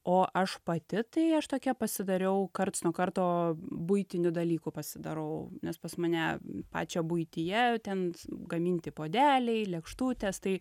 o aš pati tai aš tokia pasidariau karts nuo karto buitinių dalykų pasidarau nes pas mane pačią buityje ten gaminti puodeliai lėkštutės tai